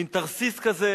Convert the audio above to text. מין תרסיס כזה,